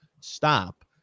stop